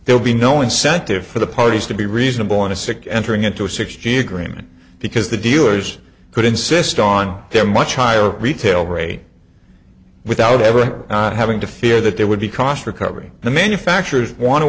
there will be no incentive for the parties to be reasonable want to stick entering into a six g agreement because the dealers could insist on their much higher retail rate without ever having to fear that there would be cost recovery the manufacturers wan